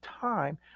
time